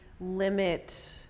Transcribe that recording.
limit